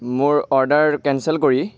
মোৰ order cancel কৰি